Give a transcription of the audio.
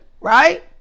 right